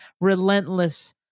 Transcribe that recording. relentless